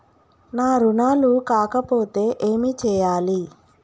నా రుణాలు కాకపోతే ఏమి చేయాలి?